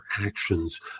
actions